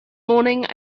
morning